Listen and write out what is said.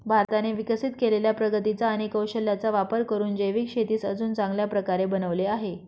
भारताने विकसित केलेल्या प्रगतीचा आणि कौशल्याचा वापर करून जैविक शेतीस अजून चांगल्या प्रकारे बनवले आहे